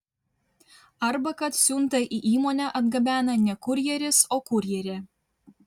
arba kad siuntą į įmonę atgabena ne kurjeris o kurjerė